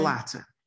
Latin